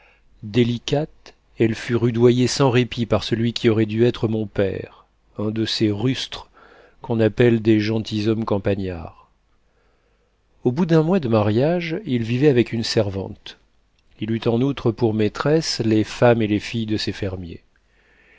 délicate elle fut rudoyée sans répit par celui qui aurait dû être mon père un de ces rustres qu'on appelle des gentilshommes campagnards au bout d'un mois de mariage il vivait avec une servante il eut en outre pour maîtresses les femmes et les filles de ses fermiers